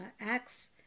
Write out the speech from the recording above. Acts